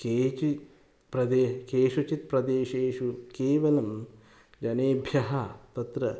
केचित् प्रदेशे केषुचित् प्रदेशेषु केवलं जनेभ्यः तत्र